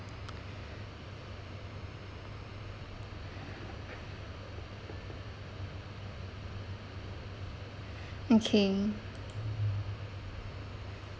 okay